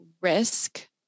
risk